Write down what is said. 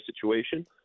situation